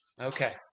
Okay